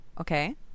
okay